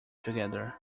together